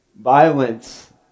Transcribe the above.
Violence